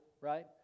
right